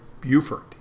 Buford